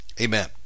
Amen